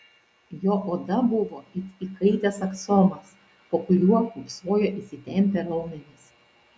jo oda buvo it įkaitęs aksomas po kuriuo pūpsojo įsitempę raumenys